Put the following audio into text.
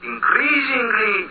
Increasingly